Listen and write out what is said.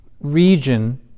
region